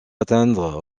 atteindre